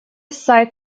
site